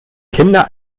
kinder